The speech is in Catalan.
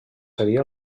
seria